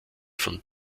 von